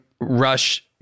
Rush